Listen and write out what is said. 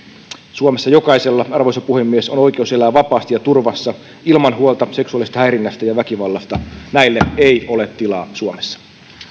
suomessa jokaisella arvoisa puhemies on oikeus elää vapaasti ja turvassa ilman huolta seksuaalisesta häirinnästä ja väkivallasta näille ei ole tilaa suomessa